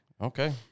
Okay